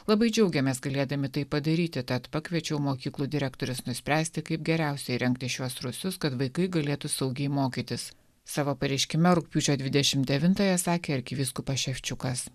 labai džiaugiamės galėdami tai padaryti tad pakviečiau mokyklų direktorius nuspręsti kaip geriausia įrengti šiuos rūsius kad vaikai galėtų saugiai mokytis savo pareiškime rugpjūčio dvidešim devintąją sakė arkivyskupas ševčiukas